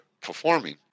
performing